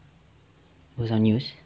it was on news